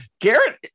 Garrett